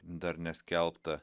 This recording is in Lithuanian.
dar neskelbtą